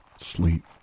sleep